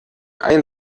ein